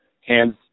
hands